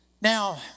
Now